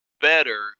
better